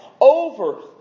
over